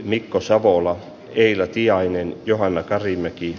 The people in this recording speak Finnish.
mika savola eila tiainen johanna karimäki